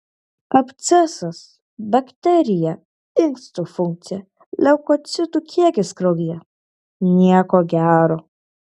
abscesas bakterija inkstų funkcija leukocitų kiekis kraujyje nieko gero